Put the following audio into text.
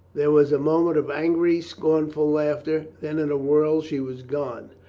there was a moment of angry, scorn ful laughter, then in a whirl she was gone.